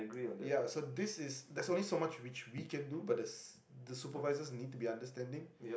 ya so this is there's only so much that which we can do but there's the supervisors need to be understanding